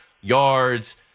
yards